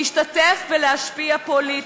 להשתתף ולהשפיע פוליטית.